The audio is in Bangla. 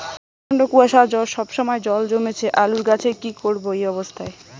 প্রচন্ড কুয়াশা সবসময় জল জমছে আলুর গাছে কি করব এই অবস্থায়?